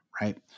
right